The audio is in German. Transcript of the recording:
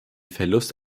verlust